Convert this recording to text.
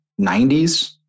90s